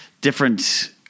different